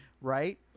Right